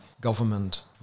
government